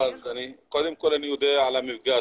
אז קודם כל אני אודה על המפגש.